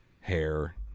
hair